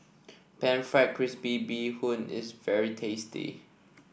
pan fried crispy Bee Hoon is very tasty